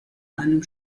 einem